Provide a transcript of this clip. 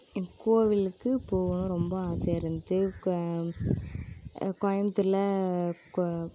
இப்போ கோவிலுக்கு போகணும் ரொம்ப ஆசையாக இருந்தது க கோயம்த்தூரில் கோ